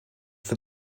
for